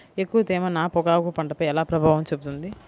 ఎక్కువ తేమ నా పొగాకు పంటపై ఎలా ప్రభావం చూపుతుంది?